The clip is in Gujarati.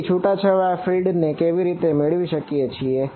તેથી છુટા છવાયા ફિલ્ડ ને કેવી રીતે મેળવી શકીએ છીએ